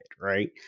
right